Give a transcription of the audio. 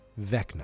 Vecna